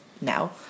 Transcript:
now